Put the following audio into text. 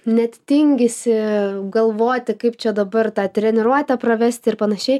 net tingisi galvoti kaip čia dabar tą treniruotę pravesti ir panašiai